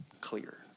clear